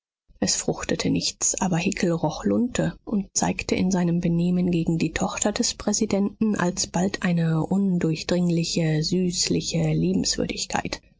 es fruchtete nichts aber hickel roch lunte und zeigte in seinem benehmen gegen die tochter des präsidenten alsbald eine undurchdringliche süßliche liebenswürdigkeit